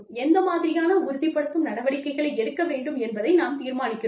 எந்த மாதிரியான உறுதிப்படுத்தும் நடவடிக்கைகளை எடுக்க வேண்டும் என்பதை நாம் தீர்மானிக்கிறோம்